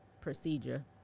procedure